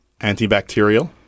antibacterial